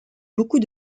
beaucoup